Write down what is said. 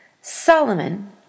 Solomon